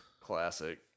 Classic